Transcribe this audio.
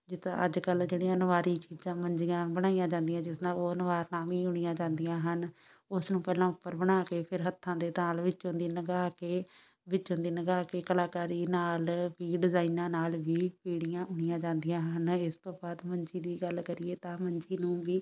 ਜਿੱਦਾਂ ਅੱਜ ਕੱਲ੍ਹ ਜਿਹੜੀਆਂ ਨੁਆਰੀ ਚੀਜ਼ਾਂ ਮੰਜੀਆਂ ਬਣਾਈਆਂ ਜਾਂਦੀਆਂ ਜਿਸ ਨਾਲ ਉਹ ਨਵਾਰ ਨਾਲ ਵੀ ਬੁਣੀਆਂ ਜਾਂਦੀਆਂ ਹਨ ਉਸ ਨੂੰ ਪਹਿਲਾਂ ਉੱਪਰ ਬਣਾ ਕੇ ਫਿਰ ਹੱਥਾਂ ਦੇ ਨਾਲ ਵਿੱਚੋਂ ਦੀ ਲੰਘਾ ਕੇ ਵਿੱਚੋਂ ਦੀ ਲੰਘਾ ਕੇ ਕਲਾਕਾਰੀ ਨਾਲ ਵੀ ਡਿਜ਼ਾਈਨਾਂ ਨਾਲ ਵੀ ਪੀੜ੍ਹੀਆਂ ਬੁਣੀਆਂ ਜਾਂਦੀਆਂ ਹਨ ਇਸ ਤੋਂ ਬਾਅਦ ਮੰਜੀ ਦੀ ਗੱਲ ਕਰੀਏ ਤਾਂ ਮੰਜੀ ਨੂੰ ਵੀ